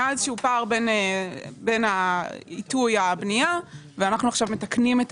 היה איזשהו פער בין עיתוי הבנייה ואנחנו עכשיו מתקנים את